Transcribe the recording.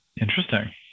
Interesting